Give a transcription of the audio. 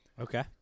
Okay